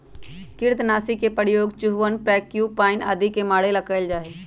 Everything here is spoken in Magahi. कृन्तकनाशी के प्रयोग चूहवन प्रोक्यूपाइन आदि के मारे ला कइल जा हई